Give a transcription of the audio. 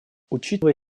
учитывая